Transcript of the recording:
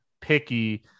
picky